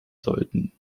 sollten